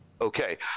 Okay